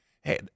hey